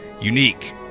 Unique